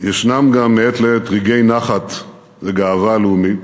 ישנם מעת לעת גם רגעי נחת וגאווה לאומית.